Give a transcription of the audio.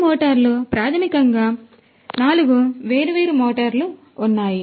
ఈ మోటార్లు ప్రాథమికంగా 4 వేర్వేరు మోటార్లు ఉన్నాయి